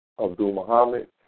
Abdul-Muhammad